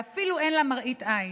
ואין לה אפילו מראית עין.